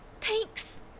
Thanks